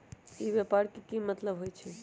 ई व्यापार के की मतलब होई छई?